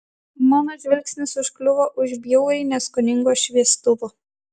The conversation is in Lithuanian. mano žvilgsnis užkliuvo už bjauriai neskoningo šviestuvo